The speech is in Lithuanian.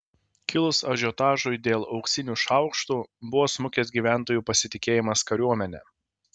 kilus ažiotažui dėl auksinių šaukštų buvo smukęs gyventojų pasitikėjimas kariuomene